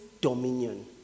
dominion